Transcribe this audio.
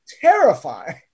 terrifying